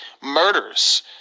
murders